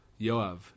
Yoav